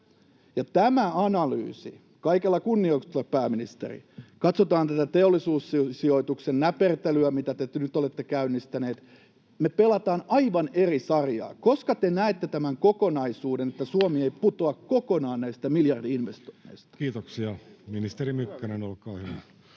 Ja tämä analyysi — kaikella kunnioituksella, pääministeri: Katsotaan tätä Teollisuussijoituksen näpertelyä, mitä te nyt olette käynnistäneet. Me pelataan aivan eri sarjaa. Koska te näette tämän kokonaisuuden, että Suomi ei putoa kokonaan näistä miljardi-investoinneista? Kiitoksia. — Ministeri Mykkänen, olkaa hyvä,